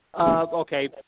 Okay